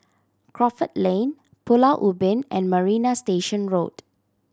Crawford Lane Pulau Ubin and Marina Station Road